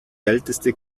älteste